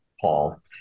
Paul